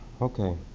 Okay